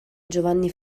giovanni